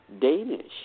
Danish